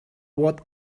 what